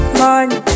money